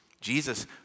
Jesus